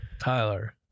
tyler